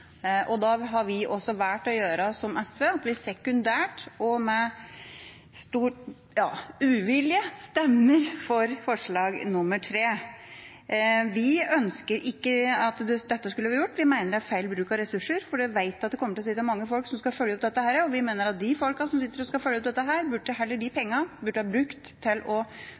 Venstre. Da har vi også valgt å gjøre som SV, at vi sekundært og med stor uvilje stemmer for forslag nr. 3. Vi ønsker ikke at dette skulle vært gjort, vi mener det er feil bruk av ressurser, for vi vet at det kommer til å være mange folk som skal følge opp dette. Vi mener at pengene heller burde blitt brukt til å